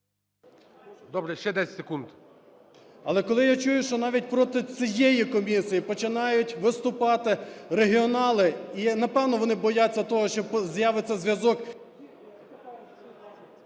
Добре, ще 10 секунд. ПАСТУХ Т.Т. Але коли я чую, що навіть проти цієї комісії починають виступати регіонали, напевно, вони бояться того, що з'явиться зв'язок…